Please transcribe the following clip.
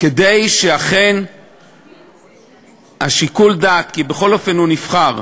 כדי שאכן שיקול הדעת, כי בכל אופן הוא נבחר,